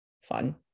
fun